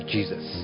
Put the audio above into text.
Jesus